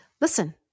Listen